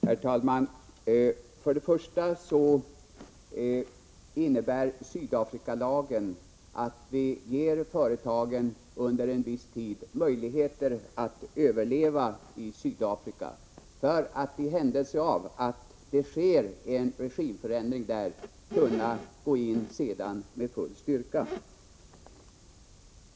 Herr talman! Till att börja med innebär Sydafrikalagen att vi ger företagen möjligheter att under en viss tid överleva i Sydafrika för att de sedan — för den händelse det sker en regimförändring där — skall kunna gå in med full styrka.